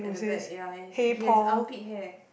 at the back and he's he has armpit hair